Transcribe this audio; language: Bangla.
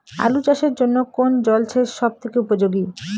আলু চাষের জন্য কোন জল সেচ সব থেকে উপযোগী?